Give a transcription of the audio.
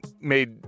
made